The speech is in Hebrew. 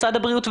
משרד הבריאות,